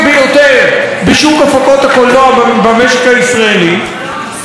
במשק הישראלי הוא מקורב של שרת התרבות,